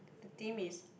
the theme is